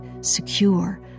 secure